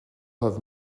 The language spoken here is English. have